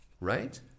right